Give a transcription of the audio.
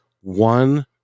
one